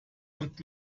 und